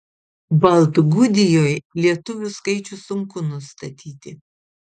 baltgudijoj lietuvių skaičių sunku nustatyti